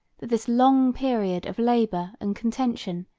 that this long period of labor and contention,